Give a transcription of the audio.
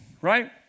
right